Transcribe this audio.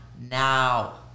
now